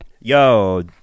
yo